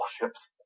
ships